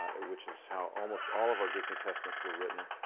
which is how almost all of our greek new testaments were written.